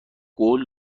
قول